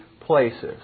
Places